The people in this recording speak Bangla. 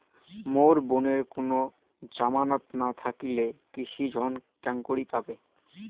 মোর বোনের কুনো জামানত না থাকিলে কৃষি ঋণ কেঙকরি পাবে?